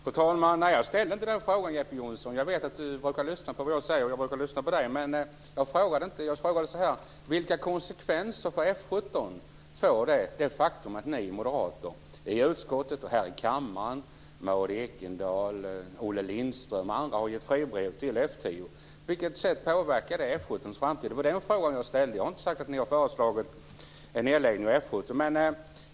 Fru talman! Nej, jag ställde inte den frågan, Jeppe Johnsson. Jag vet att han brukar lyssna på vad jag säger, och jag brukar lyssna på honom. Jag frågade så här: Vilka konsekvenser för F 17 får det faktum att ni moderater i utskottet och här i kammaren, Maud Ekendahl, Olle Lindström och andra, har gett fribrev till F 10? På vilket sätt påverkar det F 17:s framtid? Det var den frågan jag ställde. Jag har inte sagt att ni har föreslagit en nedläggning av F 17.